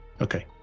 Okay